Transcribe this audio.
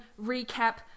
recap